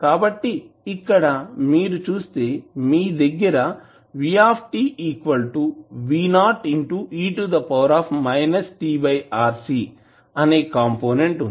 కాబట్టి ఇక్కడ మీరు చూస్తే మీ దగ్గర అనే కంపోనెంట్ వుంది